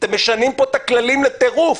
אתם משנים פה את הכללים לטירוף?